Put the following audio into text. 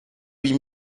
huit